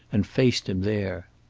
and faced him there.